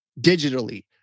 digitally